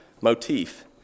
motif